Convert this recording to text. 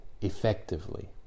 effectively